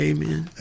Amen